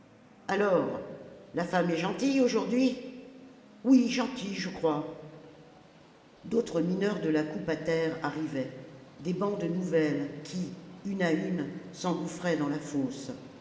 alors la femme est gentille aujourd'hui oui gentille je crois d'autres mineurs de la coupe à terre arrivaient des bandes nouvelles qui une à une s'engouffraient dans la fosse